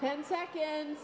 ten seconds